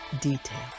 detail